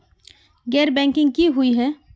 गैर बैंकिंग की हुई है?